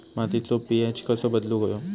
मातीचो पी.एच कसो बदलुक होयो?